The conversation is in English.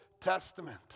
Testament